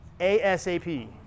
ASAP